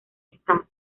escasas